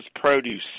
Produce